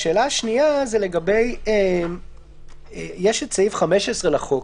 השאלה השנייה היא: יש את סעיף 15 לחוק,